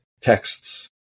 texts